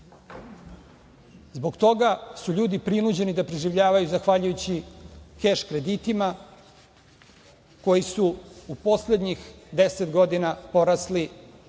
toga su ljudi prinuđeni da preživljavaju zahvaljujući keš kreditima koji su u poslednjih 10 godina porasli